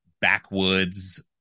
backwoods